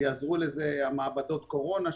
יעזרו לזה מעבדות הקורונה,